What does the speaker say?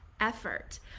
effort